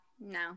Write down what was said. no